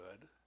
good